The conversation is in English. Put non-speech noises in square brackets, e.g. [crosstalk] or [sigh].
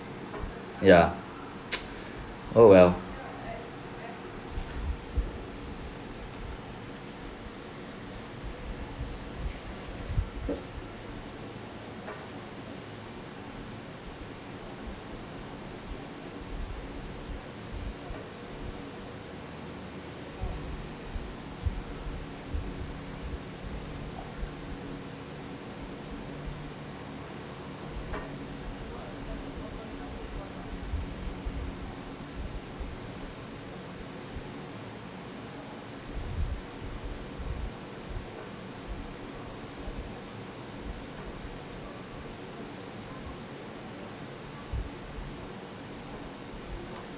ya [noise] !ow! well